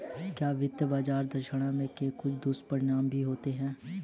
क्या वित्तीय बाजार दक्षता के कुछ दुष्परिणाम भी होते हैं?